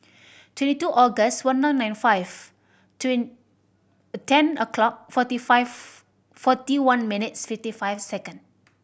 twenty two August one nine nine and five ten o'clock forty five forty one minutes fifty five second